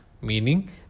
meaning